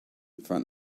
front